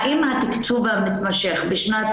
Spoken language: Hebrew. האם התקצוב המתמשך בשנת